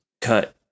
cut